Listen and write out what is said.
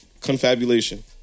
confabulation